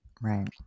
Right